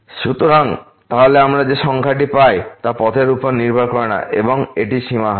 সুতরাং তাহলে আমরা যে সংখ্যাটি পাই তা পথের উপর নির্ভর করে না এবং এটি সীমা হবে